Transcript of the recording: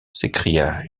s’écria